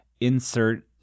insert